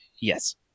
Yes